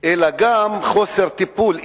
אלא גם חוסר טיפול.